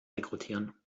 rekrutieren